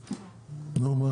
נו,